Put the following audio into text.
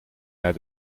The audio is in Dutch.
naar